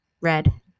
Red